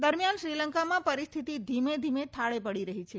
દરમિયાન શ્રીલંકામાં પરિસ્થિતિ ધીમે ધીમે થાળે પડી રહી છે